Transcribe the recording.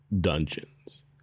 dungeons